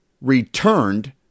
returned